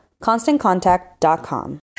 ConstantContact.com